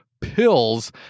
Pills